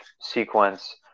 sequence